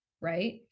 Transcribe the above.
right